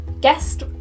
guest